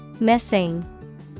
Missing